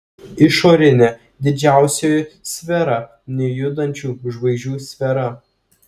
išorinė didžiausioji sfera nejudančių žvaigždžių sfera